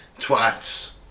Twats